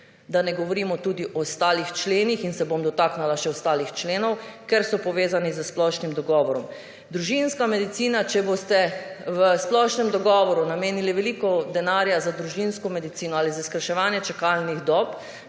Da ne govorimo tudi o ostalih členih in se bom dotaknila še ostalih členov, ker so povezani s splošnim dogovorom. Družinska medicina, če boste v splošnem dogovoru namenili veliko denarja za družinsko medicino ali za skrajševanje čakalnih dob,